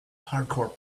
hardcore